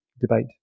debate